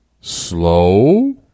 Slow